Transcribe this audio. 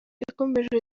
yakomeje